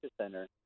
Center